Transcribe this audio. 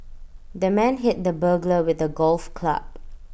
the man hit the burglar with A golf club